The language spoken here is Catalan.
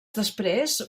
després